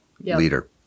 leader